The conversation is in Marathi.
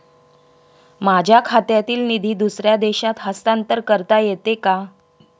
माझ्या खात्यातील निधी दुसऱ्या देशात हस्तांतर करता येते का?